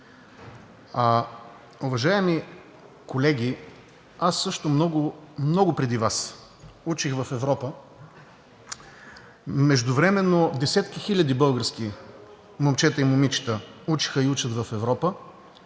Уважаеми колеги, аз също много преди Вас учих в Европа. Междувременно десетки хиляди български момчета и момичета учеха и учат в Европа